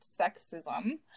sexism